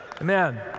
amen